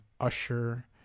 usher